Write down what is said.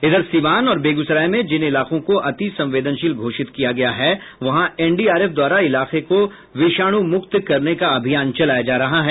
इधर सिवान और बेगूसराय में जिन इलाकों को अति संवेदनशील घोषित किया गया है वहां एनडीआरएफ द्वारा इलाकों को विषाणु मुक्त करने का अभियान चलाया जा रहा है